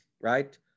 right